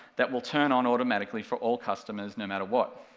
that will turn on automatically for all customers, no matter what.